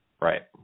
Right